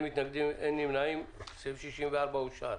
אין מתנגדים, אין נמנעים, סעיף 64 אושר.